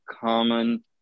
common